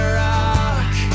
rock